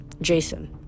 Jason